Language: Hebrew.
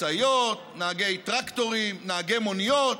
נהגי משאיות, נהגי טרקטורים, נהגי מוניות.